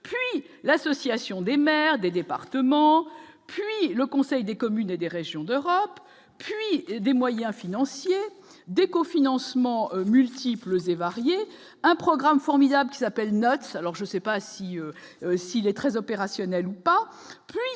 : l'association des maires des départements, puis le Conseil des communes et des régions d'Europe, puis des moyens financiers des cofinancements multiples et variés, un programme formidable qui s'appelle note alors je sais pas si si les très opérationnel ou pas des